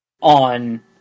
on